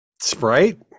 Sprite